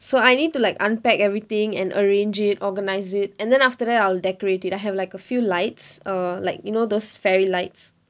so I need to like unpack everything and arrange it organise it and then after that I'll decorate it I have like a few lights err like you know those fairy lights